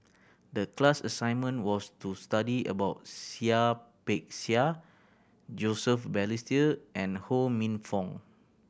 the class assignment was to study about Seah Peck Seah Joseph Balestier and Ho Minfong